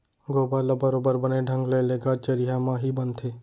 गोबर ल बरोबर बने ढंग ले लेगत चरिहा म ही बनथे